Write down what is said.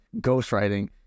ghostwriting